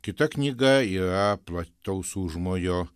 kita knyga yra plataus užmojo